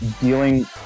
dealing